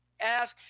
Ask